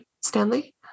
Stanley